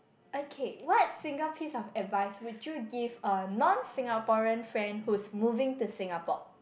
okay what single piece of advice would you give a non Singaporean friend who's moving to Singapore